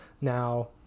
Now